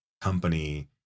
company